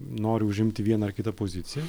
nori užimti vieną ar kitą poziciją